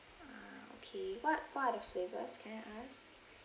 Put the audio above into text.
ah okay what what are the flavors can I ask